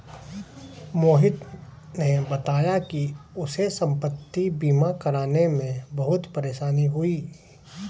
मोहित ने बताया कि उसे संपति बीमा करवाने में बहुत परेशानी हुई